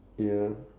ya